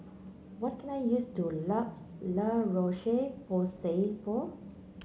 what can I use to La La Roche Porsay for